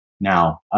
now